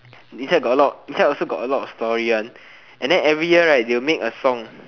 inside got a lot inside also got a lot of story one and then every year right they will make a song